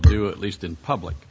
do at least in public